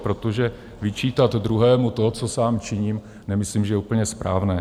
Protože vyčítat druhému to, co sám činím, nemyslím, že je úplně správné.